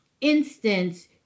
instance